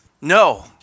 No